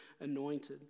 anointed